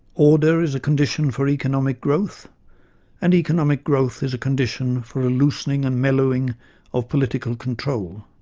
order is a condition for economic growth and economic growth is a condition for a loosening and mellowing of political control.